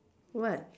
what